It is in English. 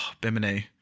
Bimini